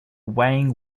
weighing